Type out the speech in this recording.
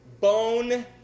bone